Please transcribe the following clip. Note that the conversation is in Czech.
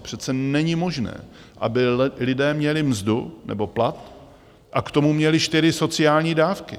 Přece není možné, aby lidé měli mzdu nebo plat a k tomu měli čtyři sociální dávky.